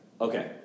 okay